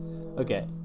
Okay